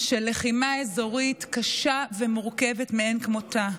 של לחימה אזורית קשה ומורכבת מאין כמותה.